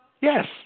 Yes